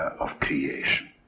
of creation.